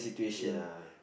ya